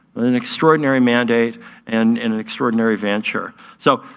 an extraordinary mandate and an an extraordinary venture. so,